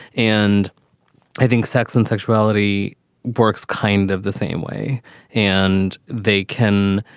and i think sex and sexuality works kind of the same way and they can.